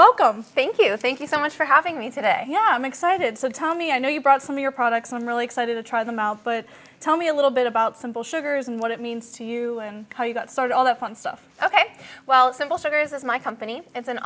welcome thank you thank you so much for having me today yeah i'm excited so tell me i know you brought some of your products i'm really excited to try them out but tell me a little bit about simple sugars and what it means to you and how you got sort all the fun stuff ok well simple sugars is my company it's an